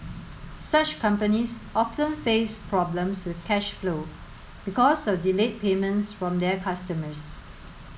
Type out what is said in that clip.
such companies often face problems with cash flow because of delayed payments from their customers